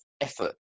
effort